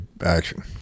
action